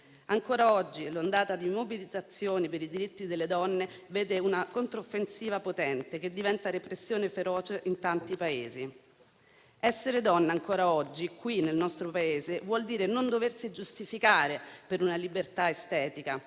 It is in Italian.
Ancora oggi l'ondata di mobilitazione per i diritti delle donne vede una controffensiva potente, che diventa repressione feroce in tanti Paesi. Essere donna ancora oggi, nel nostro Paese, vuol dire non doversi giustificare per una libertà estetica: